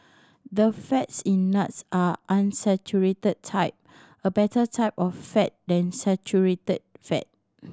the fats in nuts are unsaturated type a better type of fat than saturated fat